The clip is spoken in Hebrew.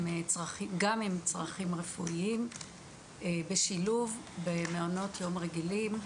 צרכים רפואיים בשילוב במעונות יום רגילים,